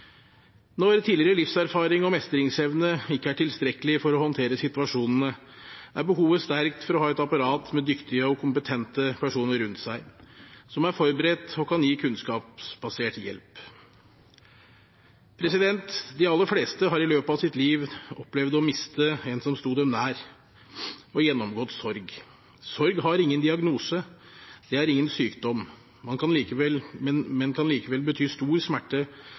Når tidligere livserfaring og mestringsevne ikke er tilstrekkelig for å håndtere situasjonen, er behovet sterkt for å ha et apparat med dyktige og kompetente personer rundt seg som er forberedt og kan gi kunnskapsbasert hjelp. De aller fleste har i løpet av sitt liv opplevd å miste en som sto dem nær, og gjennomgått sorg. Sorg har ingen diagnose – det er ingen sykdom – men kan likevel bety stor smerte